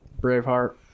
Braveheart